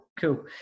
cool